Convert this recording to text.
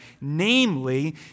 namely